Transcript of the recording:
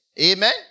Amen